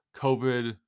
COVID